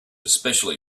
especially